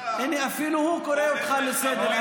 עזוב אותך, הינה, אפילו הוא קורא אותך לסדר.